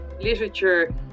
Literature